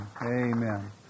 Amen